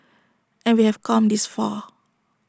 and we have come this far